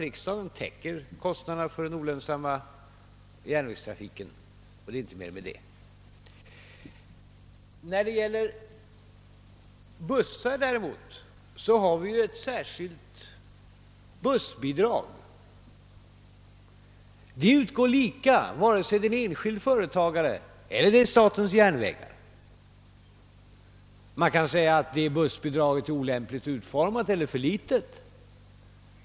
Riksdagen täcker ju underskottet för den olönsamma järnvägstrafiken, och det är inte mer att säga om det. När det gäller busstrafiken däremot har vi ett särskilt bussbidrag. Det utgår efter samma grunder till enskilda företagare som till SJ. Man kan lycka att detta bussbidrag är olämpligt utformat eller för litet.